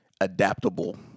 adaptable